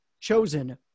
chosen